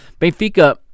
Benfica